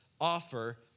offer